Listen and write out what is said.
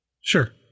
Sure